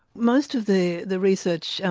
most of the the research, and